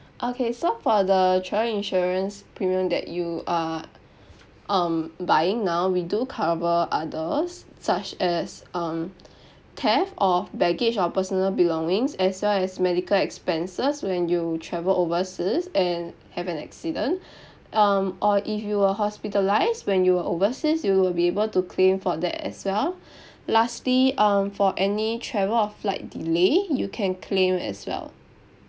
okay so for the travel insurance premium that you are um buying now we do cover others such as um theft of baggage or personal belongings as well as medical expenses when you travel overseas and have an accident um or if you were hospitalised when you were overseas you will be able to claim for that as well lastly um for any travel or flight delay you can claim as well